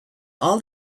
all